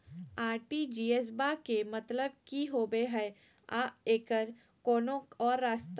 RTGS बा के मतलब कि होबे हय आ एकर कोनो और रस्ता?